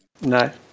no